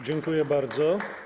Dziękuję bardzo.